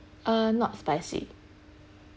uh not spicy